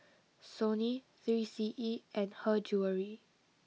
Sony three C E and Her Jewellery